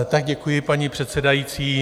Tak děkuji, paní předsedající.